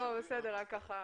לא, בסדר, ככה